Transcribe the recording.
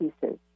pieces